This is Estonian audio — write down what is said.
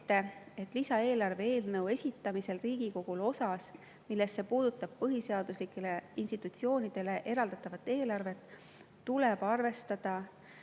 et lisaeelarve eelnõu esitamisel Riigikogule osas, mis puudutab põhiseaduslikele institutsioonidele eraldatavaid eelarveid, tuleb arvestada